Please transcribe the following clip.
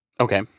okay